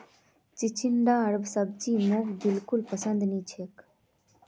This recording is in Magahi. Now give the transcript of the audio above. चिचिण्डार सब्जी मोक बिल्कुल पसंद नी छ